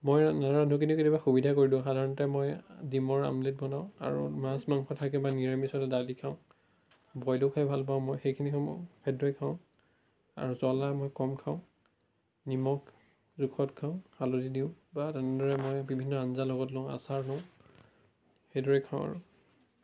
মই নাৰান্ধো কিন্তু কেতিয়াবা সুবিধা কৰি দিওঁ সাধাৰণতে মই ডিমৰ আমলেট বনাওঁ আৰু মাছ মাংস থাকে বা নিৰামিষ হ'লে দালি খাওঁ বইলো খাই ভাল পাওঁ মই সেইখিনিসমূহ খাদ্যই খাওঁ আৰু জ্বলা মই কম খাওঁ নিমখ জোখত খাওঁ হালধি দিওঁ বা তেনেদৰে মই বিভিন্ন আঞ্জা লগত লওঁ আচাৰ লওঁ সেইদৰে খাওঁ আৰু